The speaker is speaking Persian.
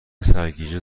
سرگیجه